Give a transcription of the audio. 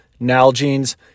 Nalgene's